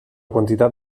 quantitat